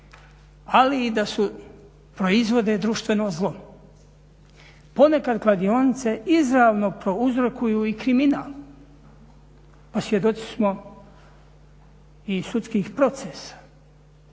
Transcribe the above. ali i da proizvode društveno zlo. Ponekad kladionice izravno prouzrokuju i kriminal. Pa svjedoci smo i sudskih procesa.